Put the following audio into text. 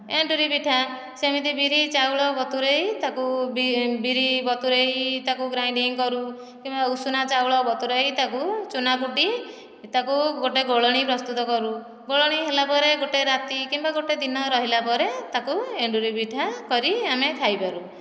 ଏଣ୍ଡୁରି ପିଠା ସେମିତି ବିରି ଚାଉଳ ବତୁରାଇ ତାକୁ ବିରି ବତୁରାଇ ତାକୁ ଗ୍ରାଇଣ୍ଡିଂ କରୁ କିମ୍ବା ଉଷୁନା ଚାଉଳ ବତୁରାଇ ତାକୁ ଚୁନା କୁଟି ତାକୁ ଗୋଟିଏ ଗୋଳଣି ପ୍ରସ୍ତୁତ କରୁ ଗୋଳଣି ହେଲା ପରେ ଗୋଟିଏ ରାତି କିମ୍ବା ଗୋଟିଏ ଦିନ ରହିଲା ପରେ ତାକୁ ଏଣ୍ଡୁରି ପିଠା କରି ଆମେ ଖାଇପାରୁ